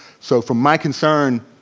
so from my concern,